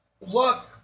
look